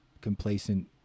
complacent